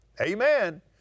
Amen